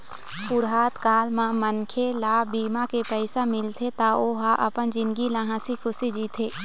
बुढ़त काल म मनखे ल बीमा के पइसा मिलथे त ओ ह अपन जिनगी ल हंसी खुसी ले जीथे